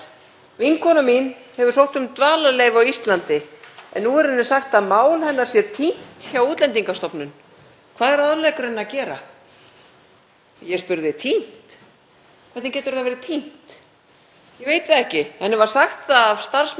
Ég spurði: Týnt? Hvernig getur það verið týnt? Ég veit það ekki, henni var sagt það af starfsmanni Útlendingastofnunar. Heldurðu að henni verði nokkuð vísað burt frá landinu af því að þau hafa ekkert svarað henni í sex mánuði og segja núna að málið sé týnt?